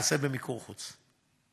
ייעשה במיקור חוץ.